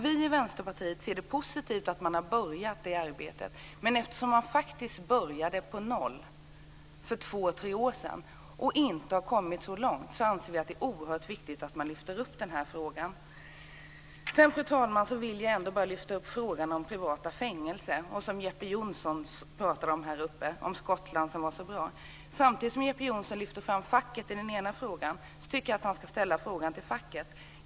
Vi i Vänsterpartiet ser det som positivt att man har påbörjat det arbetet, men eftersom man faktiskt började på noll för två tre år sedan och inte har kommit så långt anser vi att det är oerhört viktigt att man lyfter upp denna fråga. Fru talman! Jag vill också lyfta fram frågan om privata fängelser. Jeppe Johnsson pratade om Skottland, som var så bra. Samtidigt som han lyfte fram facket i den ena frågan tycker jag att han ska ställa frågan till facket.